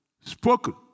spoken